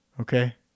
Okay